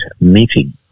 meeting